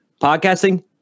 Podcasting